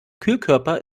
kühlkörper